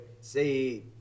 say